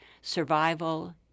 Survival